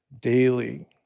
daily